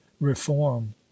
reform